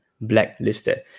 blacklisted